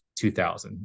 2000